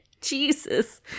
Jesus